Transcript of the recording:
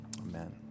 amen